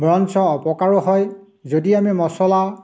বৰঞ্চ অপকাৰো হয় যদি আমি মচলা